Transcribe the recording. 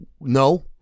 no